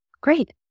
Great